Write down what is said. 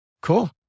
Cool